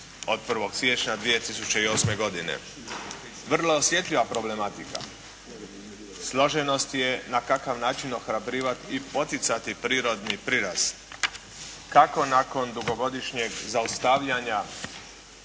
od 1. siječnja 2008. godine. Vrlo osjetljiva problematika. Složenost je na kakav način ohrabrivati i poticati prirodni prirast, kako nakon dugogodišnjeg zaustavljanja